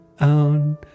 own